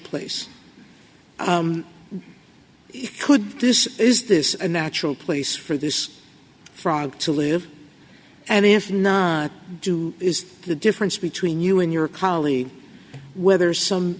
place could this is this a natural place for this frog to live and if not do is the difference between you and your colleague whether some